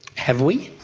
have we?